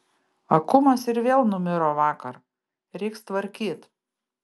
akumas ir vėl numiro vakar reiks tvarkyt